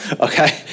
okay